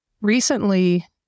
Recently